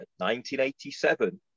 1987